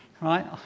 Right